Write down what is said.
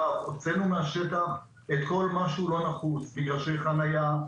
הוצאנו מהשטח את כל מה שלא נחוץ כמו מגרשי חנייה,